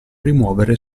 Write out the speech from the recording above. rimuovere